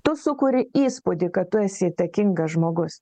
tu sukuri įspūdį kad tu esi įtakingas žmogus